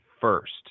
first